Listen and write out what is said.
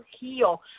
heal